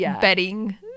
bedding